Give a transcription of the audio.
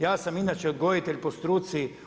Ja sam inače odgojitelj po struci.